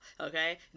okay